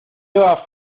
eva